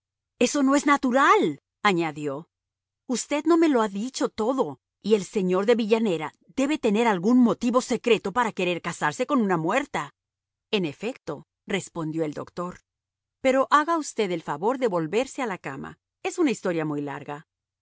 eso no es natural añadió usted no me lo ha dicho todo y el señor de villanera debe tener algún motivo secreto para querer casarse con una muerta en efecto respondió el doctor pero haga usted el favor de volverse a la cama es una historia muy larga